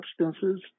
substances